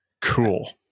Cool